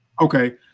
Okay